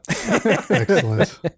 excellent